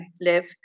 live